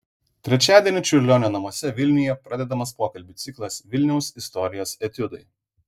trečiadienį čiurlionio namuose vilniuje pradedamas pokalbių ciklas vilniaus istorijos etiudai